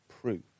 proof